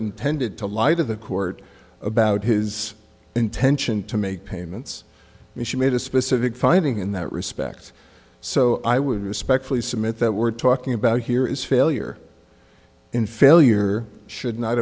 intended to lie to the court about his intention to make payments and she made a specific finding in that respect so i would respectfully submit that we're talking about here is failure in failure should not